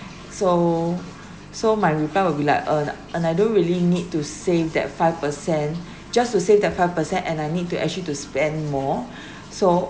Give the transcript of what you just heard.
so so my reply will be like and and I don't really need to save that five percent just to save that five percent and I need to actually to spend more so